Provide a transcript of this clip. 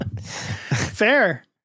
Fair